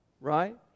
right